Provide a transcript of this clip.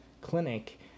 clinic